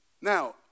now